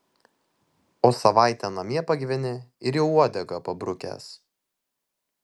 o savaitę namie pagyveni ir jau uodegą pabrukęs